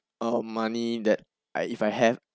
um money that I if I have